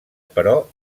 però